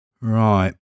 Right